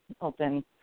open